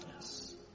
Yes